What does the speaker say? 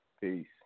Peace